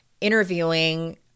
interviewing